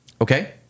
Okay